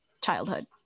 childhood